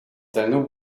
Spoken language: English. than